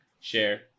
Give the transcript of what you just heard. Share